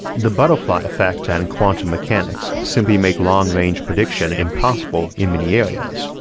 the butterfly effect and quantum mechanics simply make long range prediction impossible in many areas.